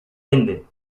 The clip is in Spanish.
ende